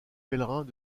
pèlerins